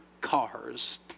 cars